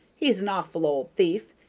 he's an awful old thief,